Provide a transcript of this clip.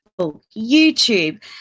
YouTube